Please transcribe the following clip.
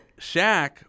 Shaq